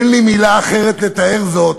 אין לי מילה אחרת לתאר זאת,